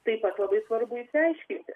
taip pat labai svarbu išsiaiškinti